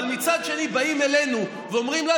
אבל מצד שני באים אלינו ואומרים לנו: